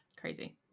Crazy